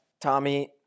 Tommy